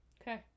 Okay